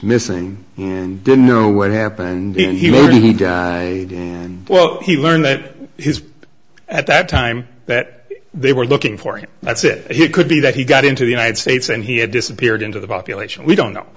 missing and didn't know what happened and he was well he learned that his at that time that they were looking for him that's it he could be that he got into the united states and he had disappeared into the population we don't know